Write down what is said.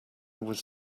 was